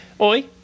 Oi